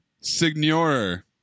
signor